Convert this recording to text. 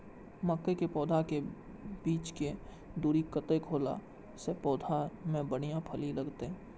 मके के पौधा के बीच के दूरी कतेक होला से पौधा में बढ़िया फली लगते?